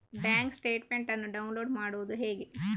Bank statement ಅನ್ನು download ಮಾಡುವುದು ಹೇಗೆ?